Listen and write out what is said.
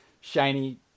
shiny